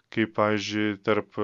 kai pavyzdžiui tarp